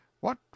What